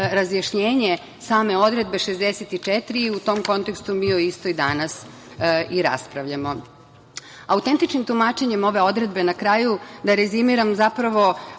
razjašnjenje same odredbe 64. i u tom kontekstu mi o istoj danas i raspravljamo. Autentičnim tumačenjem ove odredbe, na kraju da rezimiram, zapravo